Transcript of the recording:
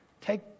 take